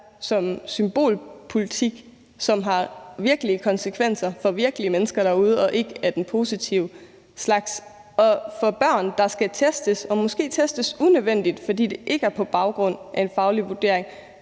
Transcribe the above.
som symbolpolitik, som har virkelige konsekvenser for virkelige mennesker derude – og det er ikke af den positive slags. For børn, der skal testes, og måske testes unødvendigt, fordi det ikke er på baggrund af en faglig vurdering